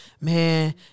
man